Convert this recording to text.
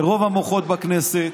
ורוב המוחות בכנסת.